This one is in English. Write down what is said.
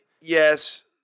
yes